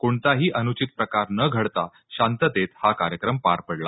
कोणताही अनुचित प्रकार न घडता शांततेत हा कार्यक्रम पार पडला